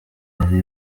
yari